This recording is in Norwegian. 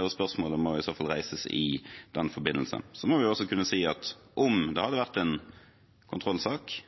og spørsmålet må i så fall reises i den forbindelse. Vi må også kunne si at om det hadde vært en kontrollsak,